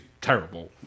terrible